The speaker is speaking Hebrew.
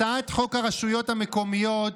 הצעת חוק הרשויות המקומיות